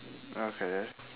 okay